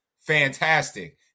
fantastic